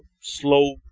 slow